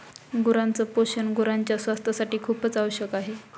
गुरांच पोषण गुरांच्या स्वास्थासाठी खूपच आवश्यक आहे